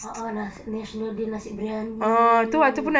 ah ah lah national day nasi briyani